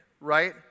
right